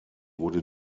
wurde